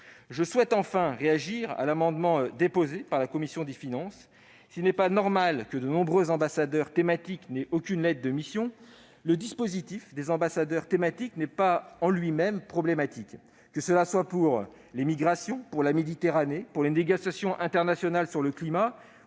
je souhaite réagir à l'amendement n° II-5 déposé par la commission des finances. S'il n'est pas normal que nombre d'ambassadeurs thématiques ne reçoivent aucune lettre de mission, le dispositif des ambassadeurs thématiques ne s'avère pas, en lui-même, problématique. Qu'il s'agisse des migrations, de la Méditerranée, des négociations internationales sur le climat